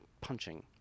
punching